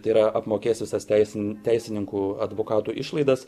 tai yra apmokės visas teisin teisininkų advokatų išlaidas